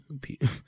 people